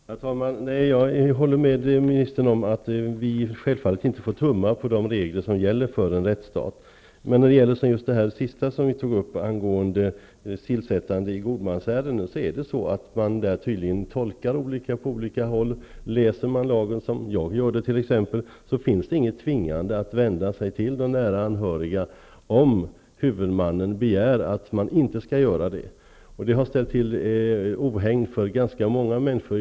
Herr talman! Jag håller med ministern. Självfallet får vi inte tumma på de regler som gäller för en rättsstat. Men när det gäller just tillsättande av god man görs det tydligen olika tolkningar på olika håll. Som jag tolkar lagen finns det inget tvingande att vända sig till nära anhöriga om huvudmannen begär att så inte skall ske. Det har förorsakat ohägn för ganska många människor.